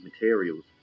materials